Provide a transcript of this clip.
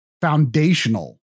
foundational